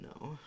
no